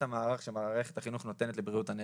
המערך שמערכת החינוך נותנת לבריאות הנפש.